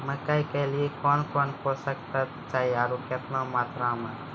मकई के लिए कौन कौन पोसक तत्व चाहिए आरु केतना मात्रा मे?